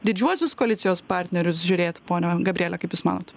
didžiuosius koalicijos partnerius žiūrėt pone gabriele kaip jūs manot